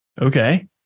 Okay